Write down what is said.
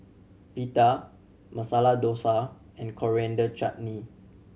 Pita Masala Dosa and Coriander Chutney